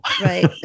Right